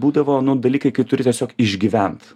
būdavo nu dalykai kai turi tiesiog išgyvent